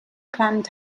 planned